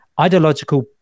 ideological